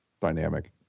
dynamic